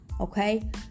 okay